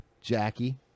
Jackie